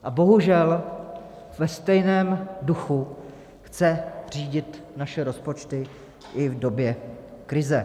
A bohužel, ve stejném duchu chce řídit naše rozpočty i v době krize.